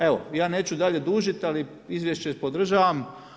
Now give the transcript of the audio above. Evo, ja neću dalje dužiti, ali Izvješće podržavam.